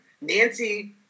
Nancy